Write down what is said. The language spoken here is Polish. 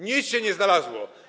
Nic się nie znalazło.